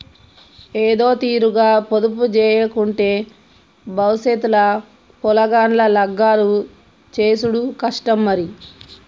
ఏదోతీరుగ పొదుపుజేయకుంటే బవుసెత్ ల పొలగాండ్ల లగ్గాలు జేసుడు కష్టం మరి